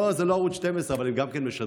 לא, זה לא ערוץ 12, אבל הם גם כן משדרים.